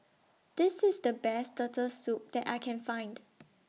This IS The Best Turtle Soup that I Can Find